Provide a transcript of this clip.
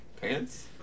pants